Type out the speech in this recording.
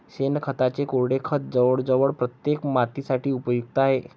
शेणखताचे कोरडे खत जवळजवळ प्रत्येक मातीसाठी उपयुक्त आहे